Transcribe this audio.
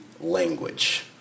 language